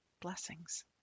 Blessings